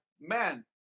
man